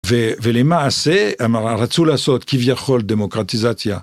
ולמעשה הם רצו לעשות כביכול דמוקרטיזציה.